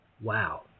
wow